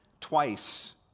twice